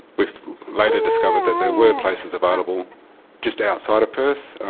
we later discovered that there were places available just outside of perth.